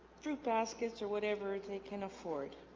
through baskets or whatever they can afford